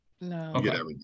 No